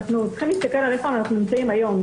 אנחנו צריכים להסתכל על איפה אנחנו נמצאים היום.